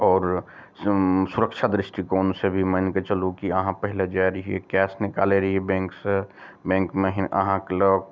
आओर सुरक्षा दृष्टिकोण से भी मानिके चलू की आहाँ पहिले जाइ रहियै कैश निकालै रहियै बैंक सऽ बैंकमे ही आहाँके लग